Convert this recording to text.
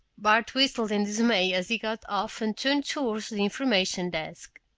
bart whistled in dismay as he got off and turned toward the information desk.